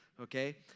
okay